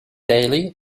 daley